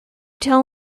tell